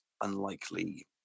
unlikely